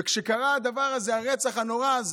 וכשקרה הדבר הזה, הרצח הנורא הזה,